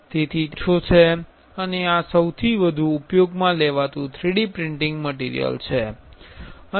તેથી તેનો ખર્ચ ઓછો છે અને આ સૌથી વધુ ઉપયોગમા લેવાતુ 3D પ્રિન્ટીંગ મટીરિયલ છે